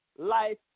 Life